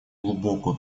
глубокую